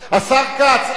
השר כץ.